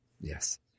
yes